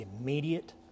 immediate